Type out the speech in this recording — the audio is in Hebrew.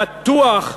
פתוח,